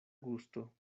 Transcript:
gusto